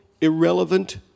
irrelevant